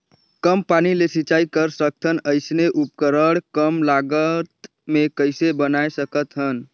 कम पानी ले सिंचाई कर सकथन अइसने उपकरण कम लागत मे कइसे बनाय सकत हन?